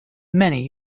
many